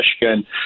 Michigan